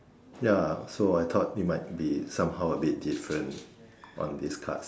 ya so I thought it might be somehow a bit different on these cards